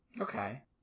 Okay